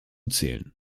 zählen